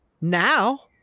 now